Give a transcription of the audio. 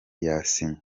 yasinye